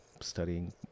studying